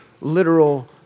literal